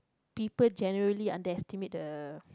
people generally underestimate the